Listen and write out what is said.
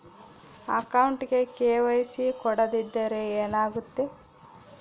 ಅಕೌಂಟಗೆ ಕೆ.ವೈ.ಸಿ ಕೊಡದಿದ್ದರೆ ಏನಾಗುತ್ತೆ?